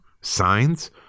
signs